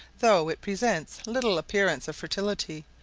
though it presents little appearance of fertility,